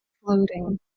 floating